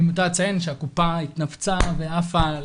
מיותר לציין שהקופה התנפצה ועפה.